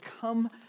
come